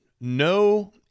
no